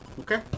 Okay